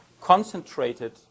concentrated